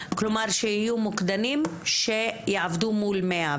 כלומר שיהיו מוקדנים שיעבדו מול 100,